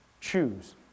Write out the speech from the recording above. Choose